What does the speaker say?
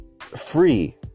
free